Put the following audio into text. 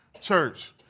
church